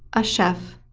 a chef,